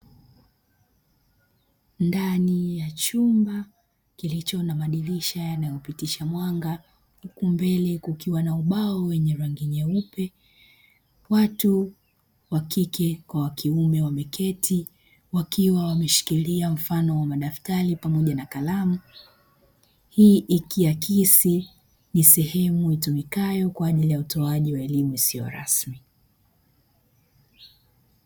Ndani ya chumba kilicho na madirisha yanayopitisha mwanga huku mbele kukiwa na ubao wenye rangi nyeupe watu wa kike kwa wa kiume wameketi wakiwa wameshikilia mfano wa madaftari pamoja na kalamu, hii ikiakisi ni sehemu itumikayo kwa ajili ya utoaji wa elimu isiyo rasmi.